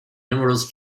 numerous